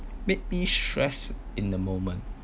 make me stress in the moment